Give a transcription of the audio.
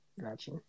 Gotcha